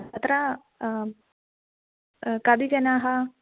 अत्र कति जनाः